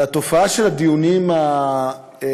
על התופעה של הדיונים הארוכים,